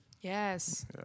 Yes